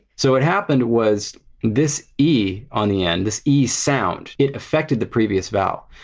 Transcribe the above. so what happened was this ee on the end, this ee sound, it affected the previous vowel.